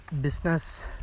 business